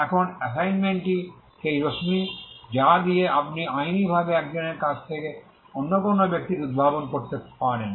এখন অ্যাসাইনমেন্টটি সেই রশ্মি যা দিয়ে আপনি আইনীভাবে একজনের কাছ থেকে অন্য কোনও ব্যক্তির উদ্ভাবন করতে পারেন